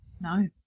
No